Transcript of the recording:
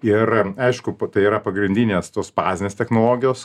ir aišku tai yra pagrindinės tos bazinės technologijos